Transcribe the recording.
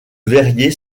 verrier